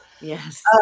Yes